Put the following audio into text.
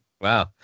Wow